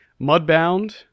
Mudbound